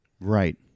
Right